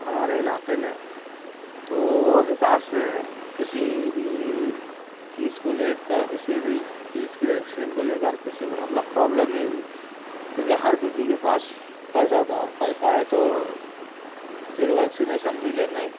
ہمارے علاقے میں تو وہ حساب سے کسی بھی چیز کو لے کر کسی بھی چیز کی ویکسین کو لے کر کسی کو مطلب پرابلم نہیں ہوئی کیونکہ ہر کسی کے پاس پیسہ تھا اور پیسہ ہے تو پھر ویکسنیشن بھی لینے